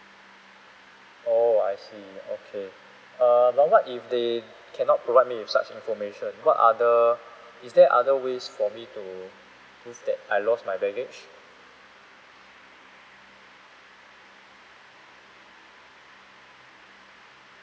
oh I see okay err but what if they cannot provide me with such information what other is there other ways for me to prove that I lost my baggage